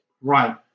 Right